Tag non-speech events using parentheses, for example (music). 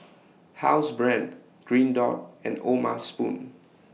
(noise) Housebrand Green Dot and O'ma Spoon